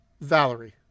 Valerie